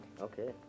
Okay